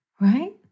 right